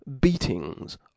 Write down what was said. beatings